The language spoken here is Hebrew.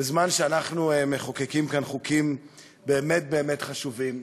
בזמן שאנחנו מחוקקים חוקים באמת באמת חשובים,